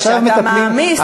כשאתה מעמיס עוד,